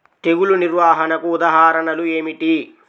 తెగులు నిర్వహణకు ఉదాహరణలు ఏమిటి?